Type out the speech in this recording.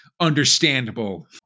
understandable